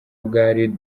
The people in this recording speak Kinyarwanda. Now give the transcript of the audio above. bwari